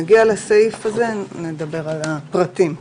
נגיע לסעיף הזה ונדבר על הפרטים.